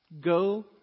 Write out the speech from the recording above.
Go